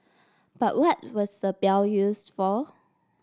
but what was the bell used for